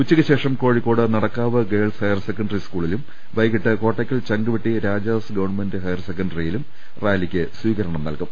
ഉച്ചക്ക് ശേഷം Kozhikode Nadakkavu girls higher secondary സ്കൂളിലും വൈകീട്ട് കോട്ടക്കൽ ചങ്കുവെട്ടി രാജാസ് ഗവൺമെന്റ് ഹയർ സെക്കൻറിയിലും റാലിക്ക് സ്വീകരണം നൽകും